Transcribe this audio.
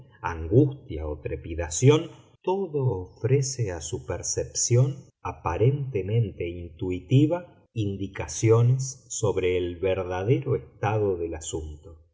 angustia o trepidación todo ofrece a su percepción aparentemente intuitiva indicaciones sobre el verdadero estado del asunto